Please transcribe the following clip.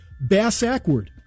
bass-ackward